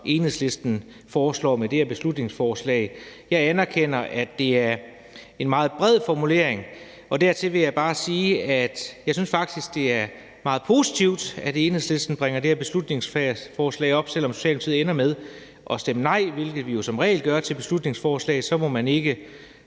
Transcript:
Enhedslisten foreslår med det her beslutningsforslag. Jeg anerkender, at det er en meget bred formulering. Dertil vil jeg bare sige, at jeg faktisk synes, det er meget positivt, at Enhedslisten bringer det her beslutningsforslag op, og selv om Socialdemokratiet ender med at stemme nej, hvilket vi jo som regel gør til beslutningsforslag, må man ikke